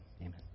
amen